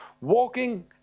walking